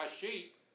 sheep